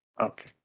Okay